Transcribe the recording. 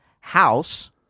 House